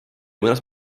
mõnes